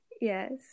yes